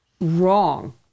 wrong